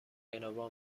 گنوا